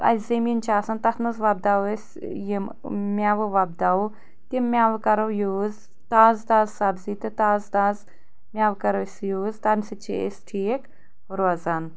اسہِ زٔمیٖن چھِ آسان تتھ منٛز وۄپداوو أسۍ یِم مٮ۪وٕ وۄپداوو تِم مٮ۪وٕ کرو یوٗز تازٕ تازٕ سبٕزی تہٕ تازٕ تازٕ مٮ۪وٕ کرو أسۍ یوٗز تمہِ سۭتۍ چھِ أسۍ ٹھیٖک روزان